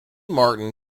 martin